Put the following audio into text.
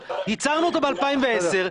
יצרנו אותו באלפיים ועשר,